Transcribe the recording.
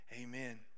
amen